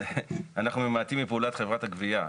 אנחנו ממעטים בפעולת חברת הגבייה.